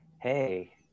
hey